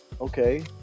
Okay